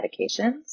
medications